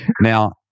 Now